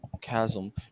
chasm